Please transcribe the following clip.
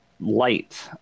light